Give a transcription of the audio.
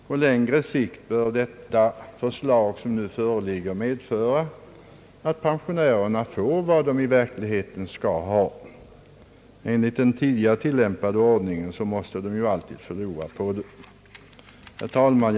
På längre sikt torde det förslag som nu föreligger medföra att pensionärerna får vad de i verkligheten skall ha. Enligt den tidigare tilllämpade ordningen förlorade de alltid något. Herr talman!